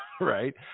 right